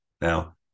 Now